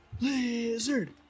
Lizard